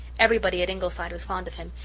everybody at ingleside was fond of him,